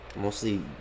Mostly